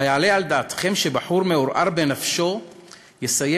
היעלה על דעתכם שבחור מעורער בנפשו יסיים